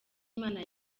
imana